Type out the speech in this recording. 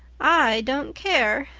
i don't care,